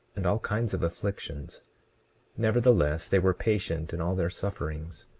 and all kinds of afflictions nevertheless they were patient in all their sufferings.